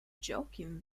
joking